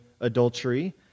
adultery